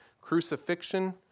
crucifixion